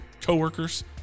coworkers